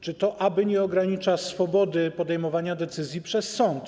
Czy to nie ogranicza swobody podejmowania decyzji przez sąd?